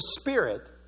Spirit